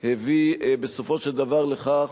הביא בסופו של דבר לכך